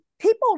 People